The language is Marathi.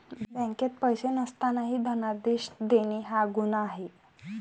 बँकेत पैसे नसतानाही धनादेश देणे हा गुन्हा आहे